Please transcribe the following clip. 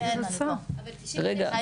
זה עולם תוכן שאני לא מכירה,